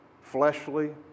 fleshly